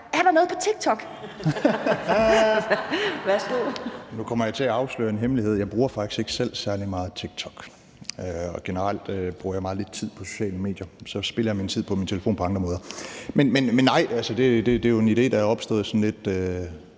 Alex Vanopslagh (LA): Nu kommer jeg til at afsløre en hemmelighed: Jeg bruger faktisk ikke selv TikTok særlig meget, og generelt bruger jeg meget lidt tid på sociale medier. Så spilder jeg min tid på min telefon på andre måder. Men nej, det er jo en idé, der er opstået sådan lidt